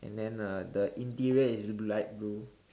and then uh the interior is light blue